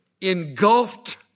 engulfed